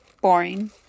boring